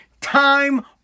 time